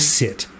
sit